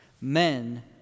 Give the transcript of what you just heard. Men